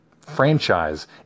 franchise